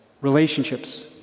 Relationships